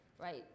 right